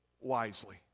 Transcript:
wisely